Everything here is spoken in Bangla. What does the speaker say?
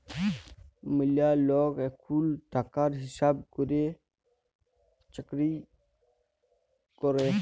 ম্যালা লক এখুল টাকার হিসাব ক্যরের চাকরি ক্যরে